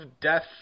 Death